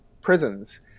prisons